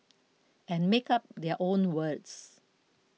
and make up their own words